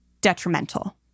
detrimental